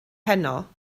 heno